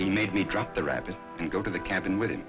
he made me drop the rabbit and go to the cabin with him